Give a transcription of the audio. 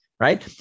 right